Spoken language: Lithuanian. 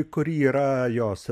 kuri yra jos